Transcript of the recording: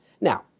Now